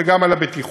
וגם על הבטיחות.